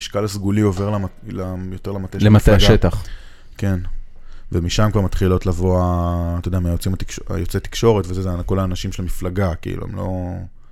משקל הסגולי עובר יותר למטה של המפלגה. למטה השטח. כן, ומשם כבר מתחילות לבוא היוצאי תקשורת וכל האנשים של המפלגה, כאילו, הם לא...